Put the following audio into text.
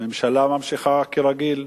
הממשלה ממשיכה כרגיל.